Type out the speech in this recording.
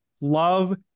Love